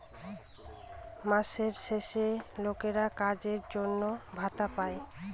মাসের শেষে লোকেরা কাজের জন্য ভাতা পাই